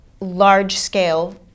large-scale